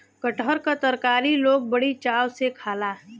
कटहर क तरकारी लोग बड़ी चाव से खाला